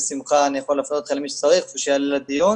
בשמחה אני יכול להפנות אתכם למי שצריך ושיעלה לדיון,